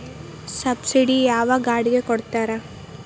Subsidy ಯಾವ ಗಾಡಿಗೆ ಕೊಡ್ತಾರ?